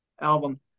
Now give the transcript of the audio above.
album